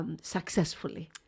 successfully